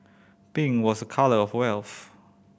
pink was a colour of health